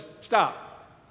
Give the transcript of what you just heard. stop